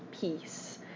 peace